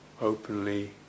openly